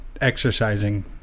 exercising